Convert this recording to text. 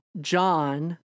John